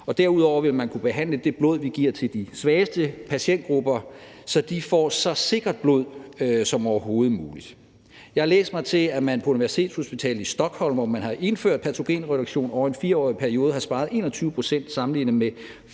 derudover ville man kunne behandle det blod, vi giver til de svageste patientgrupper, så de får så sikkert blod som overhovedet muligt. Jeg har læst mig til, at man på universitetshospitalet i Stockholm, hvor man har indført patogenreduktion, over en 4-årig periode har sparet 21 pct., sammenlignet med